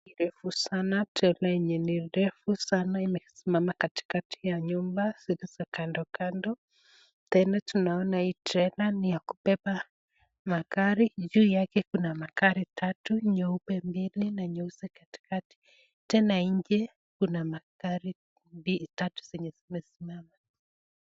Refu sana , trela yenye ni defu sana imesimama katika ya nyumba zilizo kandokando, tena tunaona hii trela ni ya kubeba magari, juu yake kuna magari tatu , nyeupe mbele na nyeusi katika , tena nje kuna magari mbi tatu zenye zimesimama.